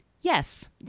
Yes